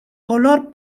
color